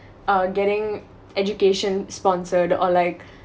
uh getting education sponsored or like